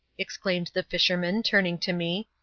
exclaimed the fisherman, turning to me.